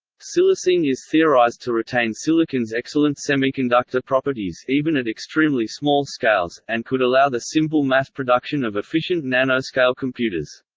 silicene is theorized to retain silicon's excellent semiconductor properties even at extremely small scales, and could allow the simple mass production of efficient nanoscale computers.